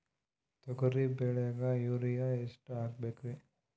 ತೊಗರಿ ಬೆಳಿಗ ಯೂರಿಯಎಷ್ಟು ಹಾಕಬೇಕರಿ?